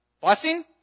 Blessing